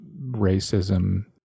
racism